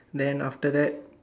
then after that